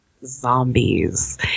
zombies